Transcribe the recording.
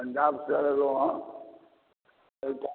पंजाब सऽ एलहुॅं हैं एहिठाम